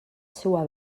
seua